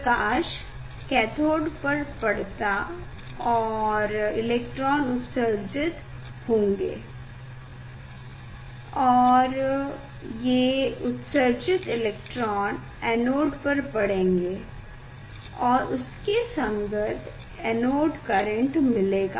प्रकाश cathode पर पड़ता और इलेक्ट्रॉन उत्सर्जित होंगे और ये उत्सर्जित इलेक्ट्रॉन एनोड पर पड़ेंगे और उसके संगत एनोड करेंट मिलेगा